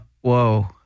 Whoa